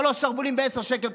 שלושה שרוולים בעשרה שקלים,